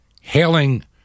hailing